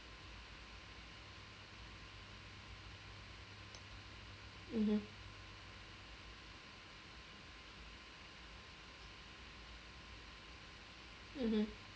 mmhmm mmhmm